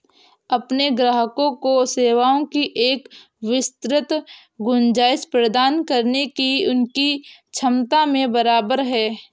अपने ग्राहकों को सेवाओं की एक विस्तृत गुंजाइश प्रदान करने की उनकी क्षमता में बराबर है